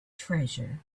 treasure